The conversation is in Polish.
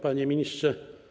Panie Ministrze!